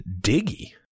Diggy